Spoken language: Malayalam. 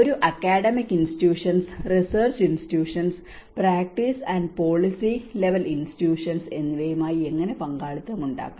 ഒരു academic institutions research institutions practice and policy level institutions എന്നിവയുമായി എങ്ങനെ പങ്കാളിത്തം ഉണ്ടാക്കാം